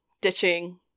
ditching